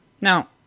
Now